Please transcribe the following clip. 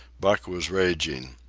buck was raging.